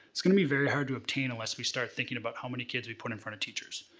is going to be very hard to obtain unless we start thinking about how many kids we put in front of teachers.